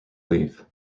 leave